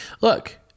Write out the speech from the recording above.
Look